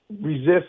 resist